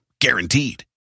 Guaranteed